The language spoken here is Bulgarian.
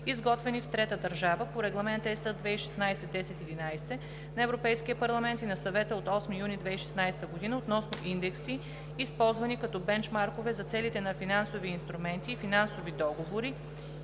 изготвени в трета държава, по Регламент (ЕС) 2016/1011 на Европейския парламент и на Съвета от 8 юни 2016 година относно индекси, използвани като бенчмаркове за целите на финансови инструменти и финансови договори